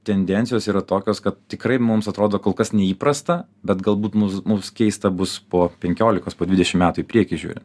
tendencijos yra tokios kad tikrai mums atrodo kol kas neįprasta bet galbūt mūsų mums keista bus po penkiolikos po dvidešimt metų į priekį žiūrint